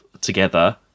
together